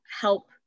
help